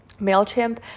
MailChimp